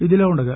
ఇదిలాఉండగా